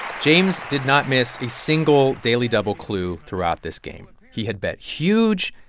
james did not miss a single daily double clue throughout this game. he had bet huge,